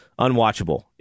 unwatchable